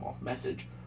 message